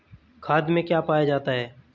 खाद में क्या पाया जाता है?